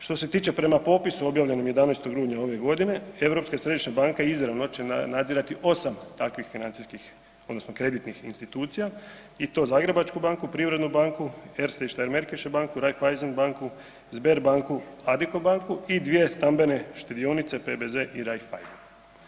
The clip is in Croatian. Što se tiče prema popisu objavljenom 11. rujna ove godine Europska središnja banka izravno će nadzirati 8 takvih financijskih odnosno kreditnih institucija i to Zagrebačku banku, Privrednu banka, Erste & Steirmarkische banku, Raiffeisen banku, Sberbanku, Adiko banku i dvije stambene štedionice, PBZ i Raiffeisen.